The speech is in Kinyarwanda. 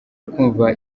kumva